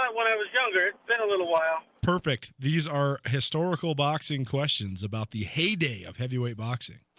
um and and and allow perfect these are historical boxing questions about the heyday of heavyweight boxing